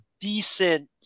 decent